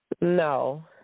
No